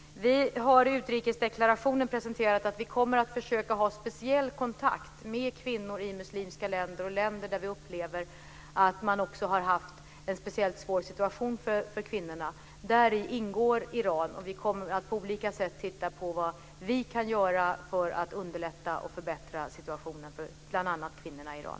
Vi har i utrikesdeklarationen presenterat att vi kommer att försöka ha speciell kontakt med kvinnor i muslimska länder och länder där vi upplever att man har haft en speciellt svår situation för kvinnorna. Där ingår Iran. Vi kommer på olika sätt att titta på vad vi kan göra för att underlätta och förbättra situationen för bl.a. kvinnorna i Iran.